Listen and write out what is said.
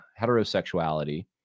heterosexuality